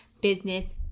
business